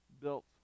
built